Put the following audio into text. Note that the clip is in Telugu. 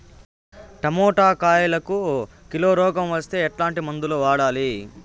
టమోటా కాయలకు కిలో రోగం వస్తే ఎట్లాంటి మందులు వాడాలి?